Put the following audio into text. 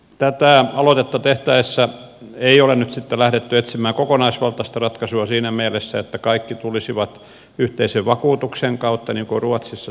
tätä aloitetta tehtäessä ei ole nyt sitten lähdetty etsimään kokonaisvaltaista ratkaisua siinä mielessä että kaikki tulisivat yhteisen vakuutuksen kautta niin kuin ruotsissa